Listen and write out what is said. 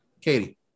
Katie